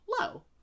low